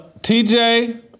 TJ